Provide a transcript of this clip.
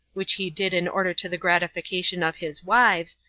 which he did in order to the gratification of his wives,